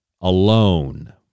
alone